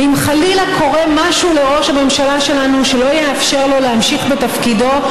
ואם חלילה קורה משהו לראש הממשלה שלנו שלא יאפשר לו להמשיך בתפקידו,